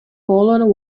fallen